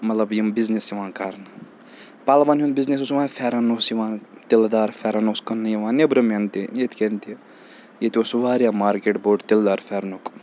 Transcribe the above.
مطلب یِم بِزنس یِوان کَرنہٕ پَلوَن ہُنٛد بِزنس اوس یِوان پھٮ۪رَن اوس یِوان تِلہٕ دار پھٮ۪رَن اوس کٕننہٕ یِوان نٮ۪برِمٮ۪ن تہِ یِتہِ کٮ۪ن تہِ ییٚتہِ اوس سُہ واریاہ مارکیٹ بوٚڑ تِلہٕ دار پھٮ۪رنُک